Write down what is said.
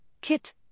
KIT